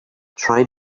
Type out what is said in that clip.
trying